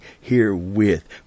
herewith